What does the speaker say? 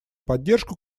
поддержку